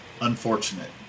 unfortunate